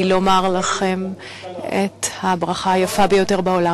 לומר לכם את הברכה היפה ביותר בעולם: